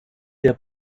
der